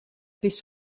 pis